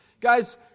Guys